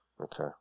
okay